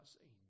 seen